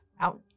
out